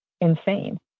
insane